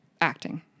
Acting